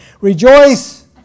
Rejoice